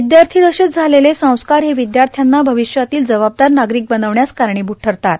विदयार्थी दशेत झालेले संस्कार हे विदयाश्र्यांना भविष्यातील जबाबदार नागरिक बनवण्यात कारणीभूत ठरतात